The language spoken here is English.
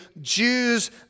Jews